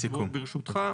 ברשותך,